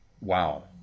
wow